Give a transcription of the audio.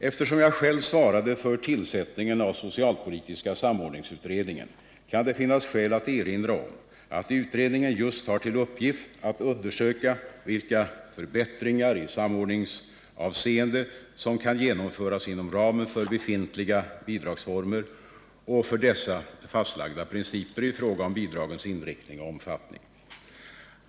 Eftersom jag själv svarade för tillsättningen av socialpolitiska samordningsutredningen, kan det finnas skäl att erinra om att utredningen just har till uppgift att undersöka vilka förbättringar i samordningsavseende som kan genomföras inom ramen för befintliga bidragsformer och för dessa fastlagda principer i fråga om bidragens inriktning och omfattning.